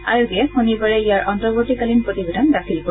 আয়োগে শনিবাৰে ইয়াৰ অন্তৱৰ্তীকালীন প্ৰতিবেদন দাখিল কৰিব